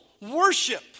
worship